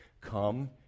Come